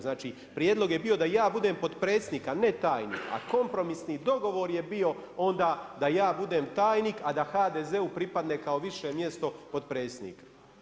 Znači prijedlog je bio da ja budem potpredsjednik a ne tajnik, a kompromisni dogovor je bio onda da ja budem tajnik, a da HDZ-u pripadne kao više mjesto potpredsjednik.